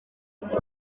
munsi